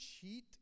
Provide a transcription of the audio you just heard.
cheat